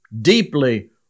deeply